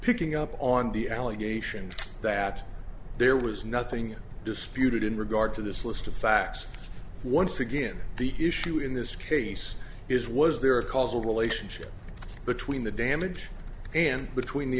picking up on the allegation that there was nothing disputed in regard to this list of facts once again the issue in this case is was there a causal relationship between the damage and between the